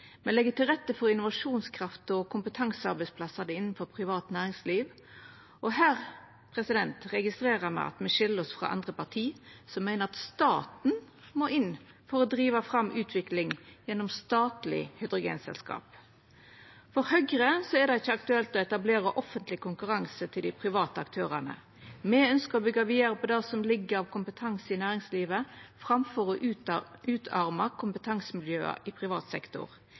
Me legg til rette for innovasjonskraft og kompetansearbeidsplassar innan privat næringsliv. Her registrerer me at me skil oss frå andre parti, som meiner at staten må inn for å driva fram utvikling gjennom eit statleg hydrogenselskap. For Høgre er det ikkje aktuelt å etablera offentleg konkurranse til dei private aktørane. Me ønskjer å byggja vidare på det som ligg av kompetanse i næringslivet, framfor å utarma kompetansemiljøa i privat sektor.